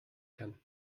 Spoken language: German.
kann